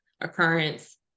occurrence